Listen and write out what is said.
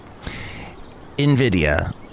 NVIDIA